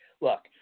look